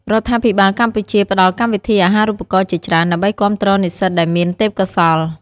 រដ្ឋាភិបាលកម្ពុជាផ្តល់កម្មវិធីអាហារូបករណ៍ជាច្រើន ដើម្បីគាំទ្រនិស្សិតដែលមានទេពកោសល្យ។